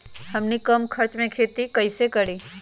हमनी कम खर्च मे खेती कई से करी?